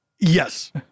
Yes